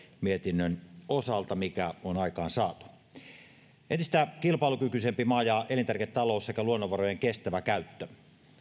mietinnön osalta joka on aikaan saatu entistä kilpailukykyisempi maa ja elintarviketalous sekä luonnonvarojen kestävä käyttö